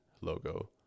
logo